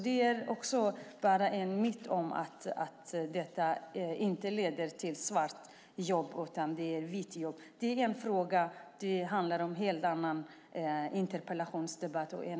Det är bara en myt att ROT inte leder till svartjobb! Men det är en fråga för en annan interpellationsdebatt.